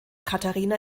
katharina